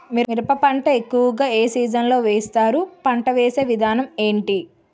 మిరప పంట ఎక్కువుగా ఏ సీజన్ లో వేస్తారు? పంట వేసే విధానం ఎంటి?